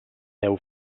deu